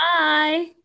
bye